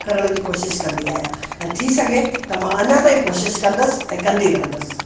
करण जी कोशिशि कंदी आहियां ऐं थी सघे त मां अञां ताईं कोशिशि कंदसि ऐं कंदी रहंदसि